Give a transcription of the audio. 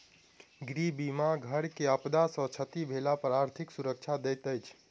गृह बीमा घर के आपदा सॅ क्षति भेला पर आर्थिक सुरक्षा दैत अछि